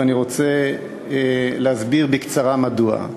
ואני רוצה להסביר בקצרה מדוע.